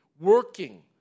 working